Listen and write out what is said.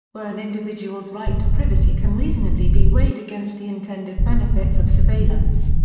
where an individual's right to privacy can reasonably be weighed against the intended benefits of surveillance.